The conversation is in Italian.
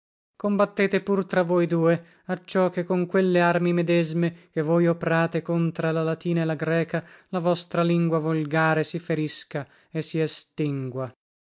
combattete pur tra voi due acciò che con quelle armi medesme che voi oprate contra la latina e la greca la vostra lingua volgare si ferisca e si estingua